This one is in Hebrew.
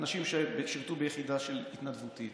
אנשים ששירתו ביחידה התנדבותית,